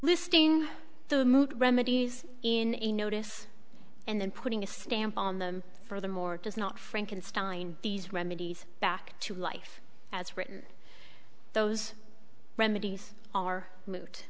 listing the mood remedies in a notice and then putting a stamp on them furthermore does not frankenstein these remedies back to life as written those remedies are mo